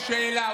שואל שאלה,